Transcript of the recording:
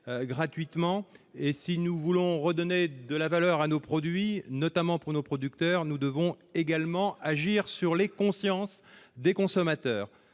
gratuitement. Si nous voulons redonner de la valeur à nos produits, notamment pour nos producteurs, nous devons également agir sur les consciences des consommateurs.